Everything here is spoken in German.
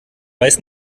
weiß